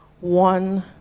One